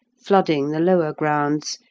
flooding the lower grounds,